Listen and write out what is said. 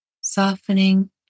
softening